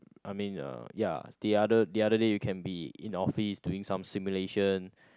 I mean uh ya the other the other day you can be in office doing some stimulation